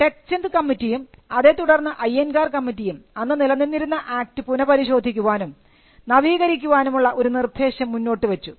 tech Chand കമ്മിറ്റിയും അതേതുടർന്ന് അയ്യൻങ്കാർ കമ്മിറ്റിയും അന്ന് നിലനിന്നിരുന്ന ആക്ട് പുനപരിശോധിക്കുവാനും നവീകരിക്കാനുള്ള ഒരു നിർദ്ദേശം മുന്നോട്ടു വച്ചു